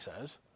says